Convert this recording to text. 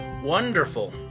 wonderful